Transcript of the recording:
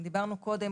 אם דיברנו קודם,